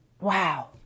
wow